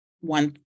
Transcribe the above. one